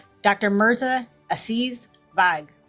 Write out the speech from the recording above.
dr. mirza aziz baig